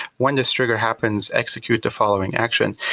when this trigger happens, execute the following action.